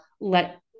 let